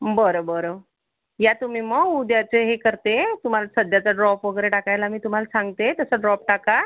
बरं बरं या तुम्ही मग उद्या ते मी हे करते तुम्हाला सध्याचा ड्रॉप वगैरे टाकायला मी तुम्हाला सांगते तसं ड्रॉप टाका